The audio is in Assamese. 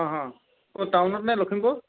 অঁঁ অঁ ক'ৰ টাউনত নে লখিমপুৰ